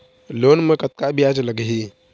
Loan म कतका ब्याज लगही?